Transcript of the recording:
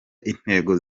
intego